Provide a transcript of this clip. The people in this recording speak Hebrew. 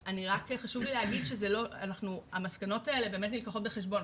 חשוב לי להגיד שהמסקנות האלה באמת נלקחות בחשבון,